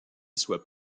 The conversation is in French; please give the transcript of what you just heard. soit